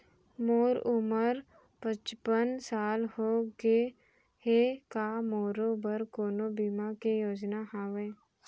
मोर उमर पचपन साल होगे हे, का मोरो बर कोनो बीमा के योजना हावे?